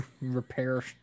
repair